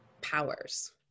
powers